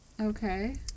okay